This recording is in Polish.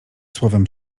słowem